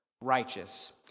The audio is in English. righteous